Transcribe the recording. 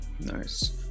Nice